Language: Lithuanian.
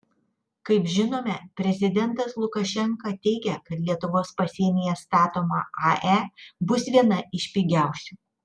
kaip žinome prezidentas lukašenka teigia kad lietuvos pasienyje statoma ae bus viena iš pigiausių